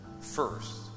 first